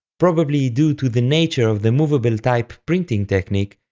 probably due to the nature of the movable-type printing technique,